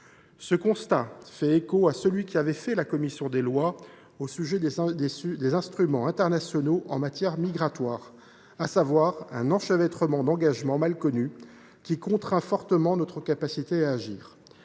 Ce constat fait écho à celui qu’avait dressé la commission des lois au sujet des instruments internationaux en matière migratoire : un enchevêtrement d’engagements mal connus, qui contraint fortement notre capacité d’action.